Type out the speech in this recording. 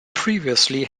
previously